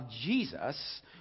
Jesus